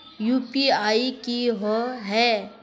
UPI की होय है?